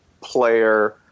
player